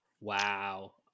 Wow